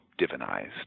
divinized